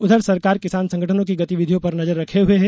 उधर सरकार किसान संगठनों की गतिविधियों पर नजर रखे हुए है